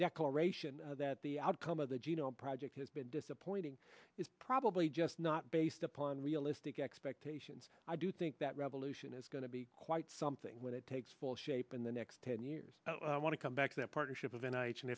declaration that the outcome of the genome project has been disappointing is probably just not based upon realistic expectations i do think that revolution is going to be quite something when it takes full shape in the next ten years i want to come back to that partnership of an ag